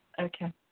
Okay